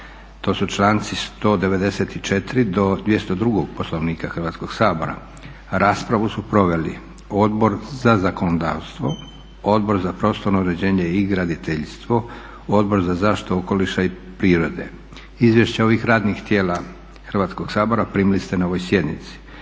To su članci 194. do 202. Poslovnika Hrvatskog sabora. Raspravu su proveli Odbor za zakonodavstvo, Odbor za prostorno uređenje i graditeljstvo, Odbor za zaštitu okoliša i prirode. Izvješća ovih radnih tijela Hrvatskog sabora primili ste na ovoj sjednici.